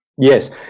Yes